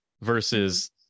versus